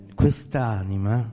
quest'anima